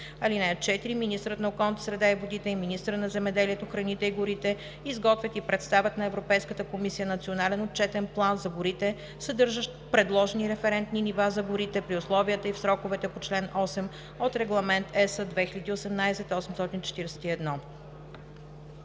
(4) Министърът на околната среда и водите и министърът на земеделието, храните и горите изготвят и представят на Европейската комисия национален отчетен план за горите, съдържащ предложени референтни нива за горите, при условията и в сроковете по чл. 8 от Регламент (ЕС) 2018/841.“